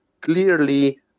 clearly